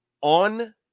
on